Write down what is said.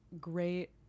great